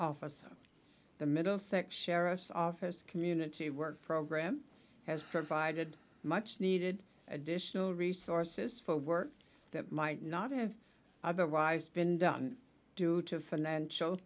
officer the middle section heiress office community work program has provided much needed additional resources for work that might not have otherwise been done due to financial